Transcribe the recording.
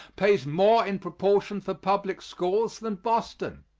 pays more in proportion for public schools than boston.